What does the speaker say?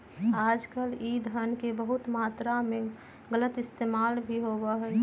आजकल ई धन के बहुत बड़ा मात्रा में गलत इस्तेमाल भी होबा हई